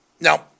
Now